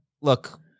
look